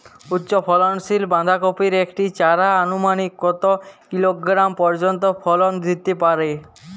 উচ্চ ফলনশীল বাঁধাকপির একটি চারা আনুমানিক কত কিলোগ্রাম পর্যন্ত ফলন দিতে পারে?